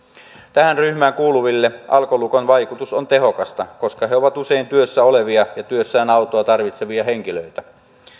tähän ryhmään kuuluville alkolukon vaikutus on tehokas koska he ovat usein työssä olevia ja työssään autoa tarvitsevia henkilöitä